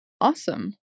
awesome